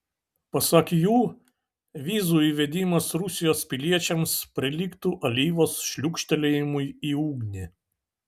pasak jų vizų įvedimas rusijos piliečiams prilygtų alyvos šliūkštelėjimui į ugnį